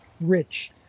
rich